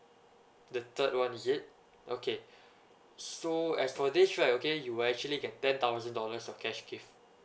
the third one is it okay so as for this right okay you will actually get ten thousand dollars of cash gift